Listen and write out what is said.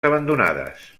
abandonades